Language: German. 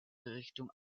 richtung